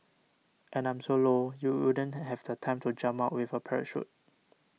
and I'm so low you wouldn't have the time to jump out with a parachute